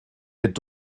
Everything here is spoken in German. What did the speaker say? mit